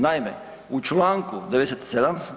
Naime u članku 97.